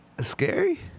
scary